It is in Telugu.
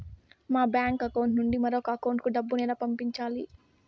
మా బ్యాంకు అకౌంట్ నుండి మరొక అకౌంట్ కు డబ్బును ఎలా పంపించాలి